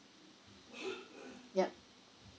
yup